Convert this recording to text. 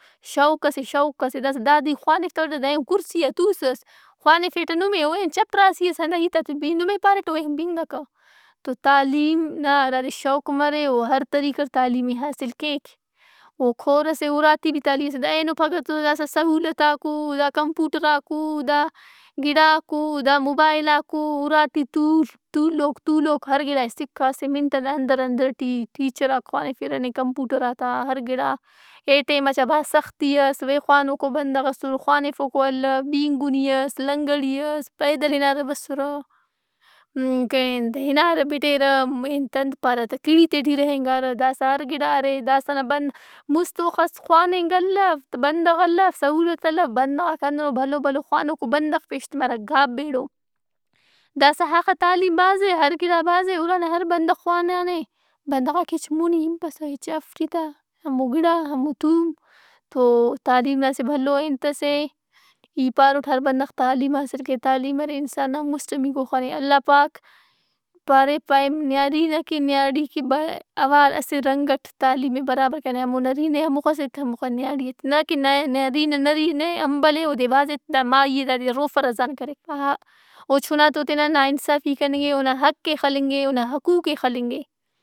شوق اسہ شوق ئس اے۔ داسا داد ئے ای خوانفتوٹ۔ دا تو اے کرسی آ تُوسس۔ خوانفیٹہ نمے۔ او ایہن چپراسی ئس اے ہندا ہیتات ئے نمے پاریٹہ اوایہن بِنگکہ۔ تو تعلیم نا ہرادے شوق مرے او ہر طریقٹ تعلیم ئے حاصل کیک۔ او کور ئس اے اُرا ٹی بھی تعلیم حاصل۔ دا اینو پھگہ تو داسا سہولتاک او، دا کمپیوٹراک او، دا گِڑاک او، دا موبائلاک ارا ٹی تُوڷ، تولوک تولوک ہر گراڑے سِکّھہ اسہ منٹ ئنا اندھر اندھر ٹی۔ ٹیچراک خوانِفرہ نے کمپوٹرات آ ہرگڑا۔ اے ٹیم آ چا بھاز سختی اس۔ وے خوانوکو بندغ اسُّرہ۔ خوانفوکو الّو۔ بینگنی اس، لنگڑی اس۔ پیدل ہنارہ بسّرہ۔ م- کینت- ہنارہ بِٹیرہ این انت پارہ تہ۔ کیڑیِت ئے ٹی رہینگارہ۔ داسا ہر گڑا ارے۔ داسا نا بن- مُست اوخس خواننگ الّو، بندغ الّو، سہولت الّو، بندغاک ہندنو بھلو بھلو خوانوکو بندغ پیش تمارہ گھابیڑو۔ داسا اخہ تعلیم بھاز اے، ہر گِڑا بھاز اے۔ اُرا نا ہر بندغ خوانانے۔ بندغاک ہچ مونی ہِنپسہ، ہچ اف ای ٹی تا۔ ہمو گڑا، ہمو تھوم، تو تعلیم نا اسہ بھلو انت ئس اے۔ ای پاروٹ ہر بندغ تعلیم حاصل کے۔ تعلیم ارے انسان مسٹمیکو خن اے۔ اللہ پاک پارے پائہہ نیاڑی نا کہ نیاڑی کہ بہ- اوار اسہ رنگ اٹ تعلیم ئے برابر کرینے۔ ہمو نرینہ ئے ہموخس ایت ہموکس نیاڑی ئے ایت۔ نہ کہ نہ- نرینہ نرینہ اے امبل اے اودے بھاز ایت۔ دا مائی ئے داد ئے روفہ رزان کرف۔ آہا، او چُنات تو تینا ناانصافی کننگ اے اونا حق ئے خلنگ اے۔ اونا حقوق ئے خلنگ اے۔